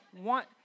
want